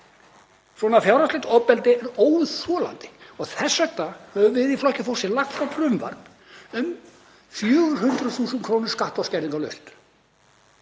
Svona fjárhagslegt ofbeldi er óþolandi og þess vegna höfum við í Flokki fólksins lagt fram frumvarp um 400.000 kr. skatta- og skerðingarlaust,